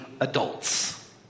adults